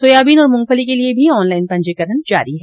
soybean और मूंगफली के लिये भी ऑनलाईन पंजीकरण जारी है